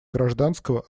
гражданского